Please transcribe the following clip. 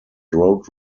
road